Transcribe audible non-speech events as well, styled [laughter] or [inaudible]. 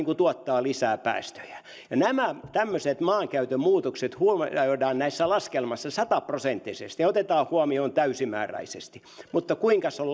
[unintelligible] kuin tuottaa lisää päästöjä ja nämä tämmöiset maankäytön muutokset huomioidaan näissä laskelmissa sataprosenttisesti ja otetaan huomioon täysimääräisesti mutta kuinkas on [unintelligible]